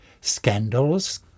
scandals